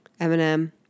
Eminem